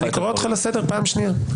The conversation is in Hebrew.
אני קורא אותך לסדר פעם שנייה.